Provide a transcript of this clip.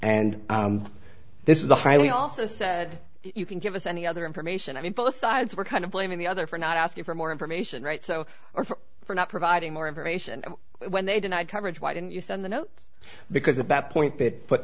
and this is a highly also said you can give us any other information i mean both sides were kind of blaming the other for not asking for more information right so for not providing more information when they denied coverage why didn't you send the notes because at that point they put